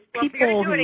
people